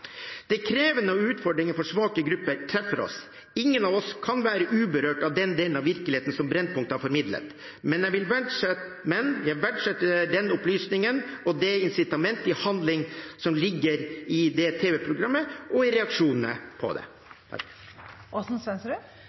Det er krevende når utfordringer for svake grupper treffer oss. Ingen av oss kan være uberørt av den delen av virkeligheten som Brennpunkt formidlet, men jeg verdsetter de opplysningene og det incitamentet til handling som ligger i tv-programmet og i reaksjonene på det.